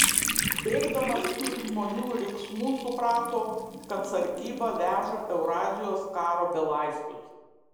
bėgdamas iš žmonių riksmų suprato kad sargyba veža eurazijos karo belaisvius